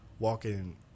walking